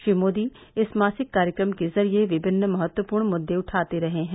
श्री मोदी इस मासिक कार्यक्रम के जरिए विभिन्म महत्वपूर्ण मुद्दे उगते रहे हैं